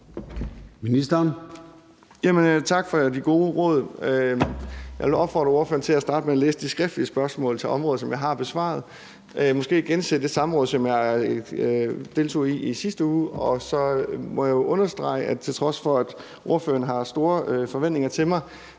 Tak for de gode råd. Jeg vil opfordre spørgeren til at starte med at læse de skriftlige spørgsmål til området, som jeg har besvaret, og måske gense det samråd, som jeg deltog i i sidste uge, og så må jeg understrege, at til trods for at ordføreren har store forventninger til mig,